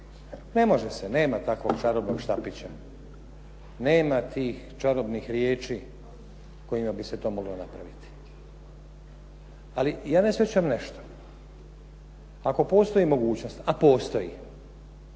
Ne može se, nema takvog čarobnog štapića, nema tih čarobnih riječi kojima bi se to moglo napraviti. Ali ja ne shvaćam nešto. Ako postoji mogućnost, a postoji